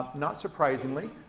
not surprisingly,